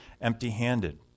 empty-handed